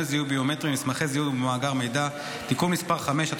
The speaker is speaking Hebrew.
זיהוי ביומטריים במסמכי זיהוי ובמאגר מידע (תיקון מס' 5),